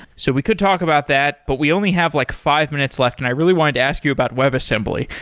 so we could talk about that, but we only have like five minutes left, and i really wanted to ask you about web assembly.